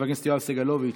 חבר הכנסת יואב סגלוביץ'